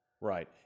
Right